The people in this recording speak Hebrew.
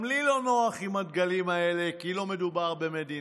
גם לי לא נוח עם הדגלים האלה, כי לא מדובר במדינה,